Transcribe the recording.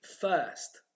first